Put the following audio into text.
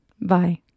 Bye